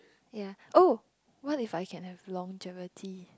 ya oh what if I can have longevity